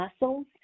muscles